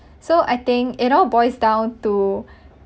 so I think it all boils down to